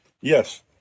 Yes